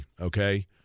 okay